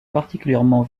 particulièrement